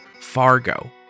Fargo